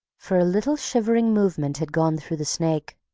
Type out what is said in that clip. for a little shivering movement had gone through the snake,